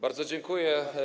Bardzo dziękuję.